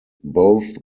both